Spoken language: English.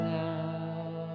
now